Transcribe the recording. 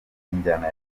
injyana